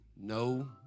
No